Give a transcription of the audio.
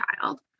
child